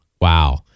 Wow